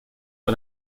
que